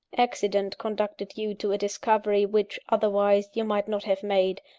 accident conducted you to a discovery which, otherwise, you might not have made,